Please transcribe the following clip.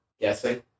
Guessing